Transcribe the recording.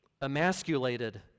emasculated